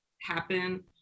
happen